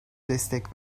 destek